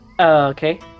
Okay